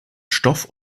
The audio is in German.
stoff